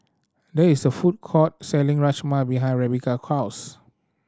there is a food court selling Rajma behind Rebeca house